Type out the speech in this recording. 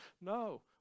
No